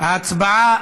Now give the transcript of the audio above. ההצבעה